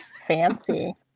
fancy